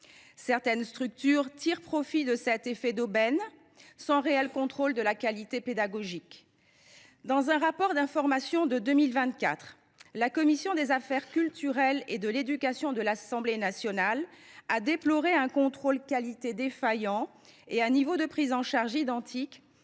Certaines structures tirent profit de cet effet d’aubaine, en l’absence de véritable contrôle de la qualité pédagogique. Dans un rapport d’information de 2024, la commission des affaires culturelles et de l’éducation de l’Assemblée nationale a ainsi déploré un « contrôle qualité défaillant » et un niveau de prise en charge identique